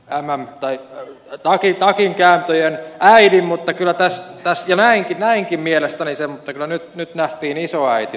tämän tai laki laki ja yön suhteen olisin nähnyt takinkääntöjen äidin ja näinkin mielestäni sen mutta kyllä nyt nähtiin isoäiti tässä keskustelussa